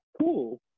cool